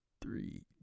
three